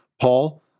Paul